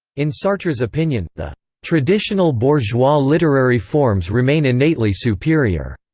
in sartre's opinion, the traditional bourgeois literary forms remain innately superior,